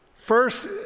First